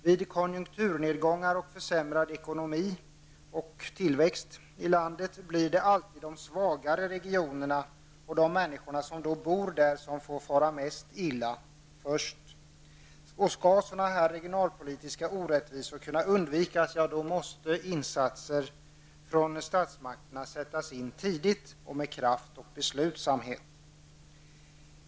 Vid konjunkturnedgångar och försämrad ekonomi och tillväxt i landet blir det alltid de svagaste regionerna och de människor som bor där som far mest illa. Skall sådana regionalpolitiska orättvisor kunna undvikas måste insatser från statsmakterna sättas in tidigt och med kraft och beslutsamhet.